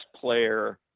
player